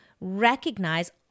recognize